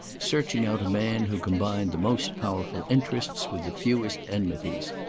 searching out a man who combined the most powerful interests, with the fewest enmities.